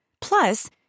Plus